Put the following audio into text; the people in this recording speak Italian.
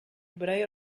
ebrei